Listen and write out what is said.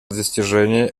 достижение